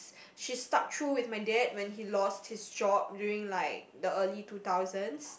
she stuck through with my dad when he lost his job during like the early two thousands